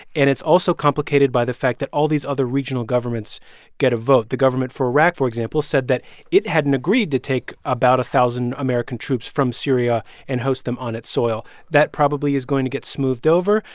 and it's also complicated by the fact that all these other regional governments get a vote. the government for iraq, for example, said that it hadn't agreed to take about a thousand american troops from syria and host them on its soil. that probably is going to get smoothed over,